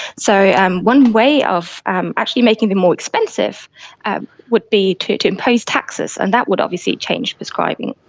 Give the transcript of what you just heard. so um one way of actually making them more expensive would be to to impose taxes, and that would obviously change prescribing.